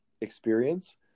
experience